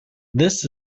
this